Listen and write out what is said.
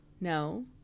No